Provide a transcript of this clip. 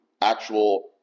actual